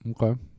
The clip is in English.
okay